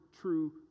true